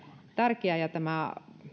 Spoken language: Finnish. tärkeä